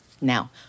Now